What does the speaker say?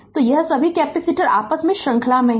तो ये सभी कैपेसिटर श्रृंखला में हैं